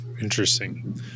Interesting